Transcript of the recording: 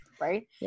Right